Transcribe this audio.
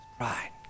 right